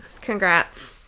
Congrats